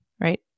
Right